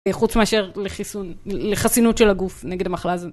חוץ מאשר לחיסון, לחסינות של הגוף נגד המחלה הזאת.